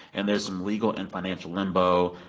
and there's some legal and financial limbo.